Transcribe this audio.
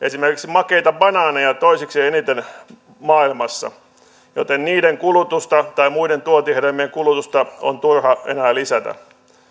esimerkiksi makeita banaaneja toiseksi eniten maailmassa joten niiden kulutusta tai muiden tuontihedelmien kulutusta on turha enää lisätä